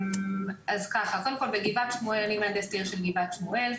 אז ככה: קודם כל, אני מהנדסת העיר של גבעת שמואל.